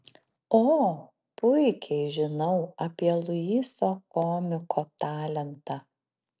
o puikiai žinau apie luiso komiko talentą